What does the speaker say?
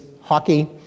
hockey